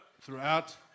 throughout